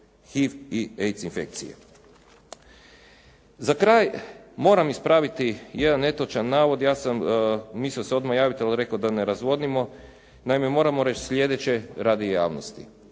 HIV i AIDS infekcije. Za kraj moram ispraviti jedan netočan navod. Ja sam mislio se odmah javiti, ali reko da ne razvodnimo. Naime, moramo reći sljedeće radi javnosti.